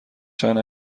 چند